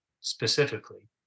specifically